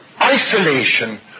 isolation